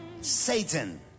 Satan